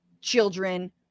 children